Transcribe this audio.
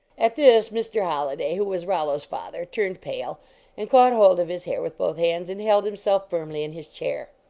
at this mr. holliday, who was rollo s father, turned pale and caught hold of his hair with both hands, and held himself firmly in his chair.